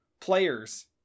players